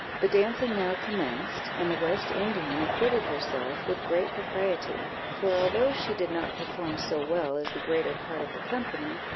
the dancing now commenced, and the west indian acquitted herself with great propriety for although she did not perform so well as the greater part of the company,